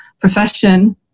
profession